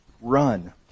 run